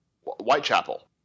Whitechapel